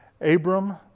Abram